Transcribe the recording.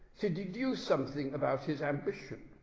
to deduce something about his ambition,